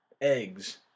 eggs